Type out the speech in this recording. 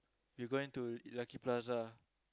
you going to Lucky-Plaza